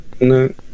No